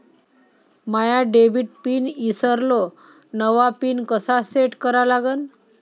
माया debit pin ईसरलो, नवा pin कसा सेट करा लागन?